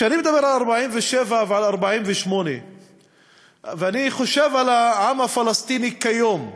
כשאני מדבר על 1947 ועל 1948 ואני חושב על העם הפלסטיני כיום,